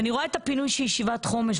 אי רואה את הפינוי של ישיבת חומש,